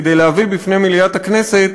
כדי להביא בפני מליאת הכנסת